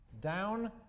down